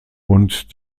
und